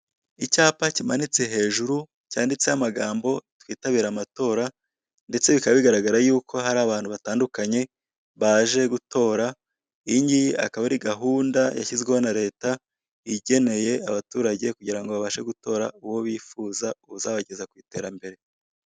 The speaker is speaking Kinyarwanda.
Icyapa kimanitse hejuru, cyanditseho amagambo "Twitabire amatora", ndetse bikaba bigaragara y'uko hari abantu batandukanye baje gutora. Iyi ngiyi ikaba ari gahunda yashyizweho la leta, iyigeneye abaturage kugira ngo babashe gutora uwo bifuza uzabageza ku iterambere.